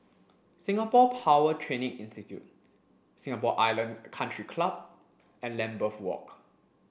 Singapore Power Training Institute Singapore Island Country Club and Lambeth Walk